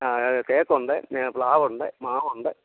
ആ തേക്കുണ്ട് പ്ലാവുണ്ട് മാവുണ്ട്